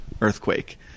earthquake